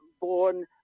born